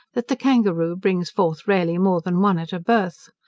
that the kangaroo brings forth rarely more than one at a birth.